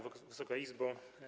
Wysoka Izbo!